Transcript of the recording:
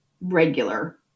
regular